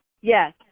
Yes